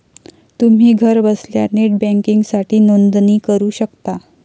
तुम्ही घरबसल्या नेट बँकिंगसाठी नोंदणी करू शकता